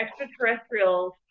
extraterrestrials